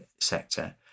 sector